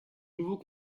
nouveau